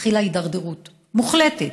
התחילה הידרדרות מוחלטת: